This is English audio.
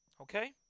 Okay